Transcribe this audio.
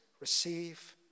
receive